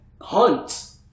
hunt